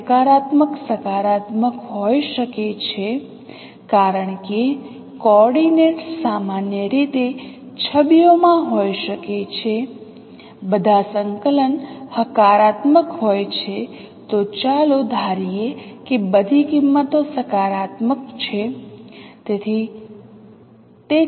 તે નકારાત્મક સકારાત્મક હોઈ શકે છે કારણ કે કોઓર્ડિનેટ્સ સામાન્ય રીતે છબીઓમાં હોઈ શકે છે બધા સંકલન હકારાત્મક હોય છે તો ચાલો ધારીએ કે બધી કિંમતો સકારાત્મક છે